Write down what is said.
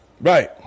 Right